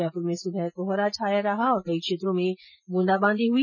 जयपुर में सुबह कोहरा छाया रहा और कई क्षेत्रों में अलसुबह ब्रंदा बांदी भी हुई